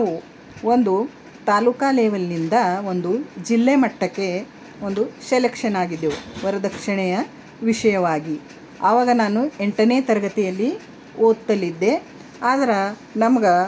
ಆದ್ರೆ ನಾವು ಒಂದು ತಾಲೂಕು ಲೆವೆಲ್ನಿಂದ ಒಂದು ಜಿಲ್ಲೆ ಮಟ್ಟಕ್ಕೆ ಒಂದು ಸೆಲೆಕ್ಷನ್ ಆಗಿದ್ದೆವು ವರದಕ್ಷಿಣೆಯ ವಿಷಯವಾಗಿ ಅವಾಗ ನಾನು ಎಂಟನೇ ತರಗತಿಯಲ್ಲಿ ಓದ್ತಲಿದ್ದೆ ಆದ್ರೆ ನಮ್ಗೆ